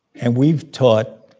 and we've taught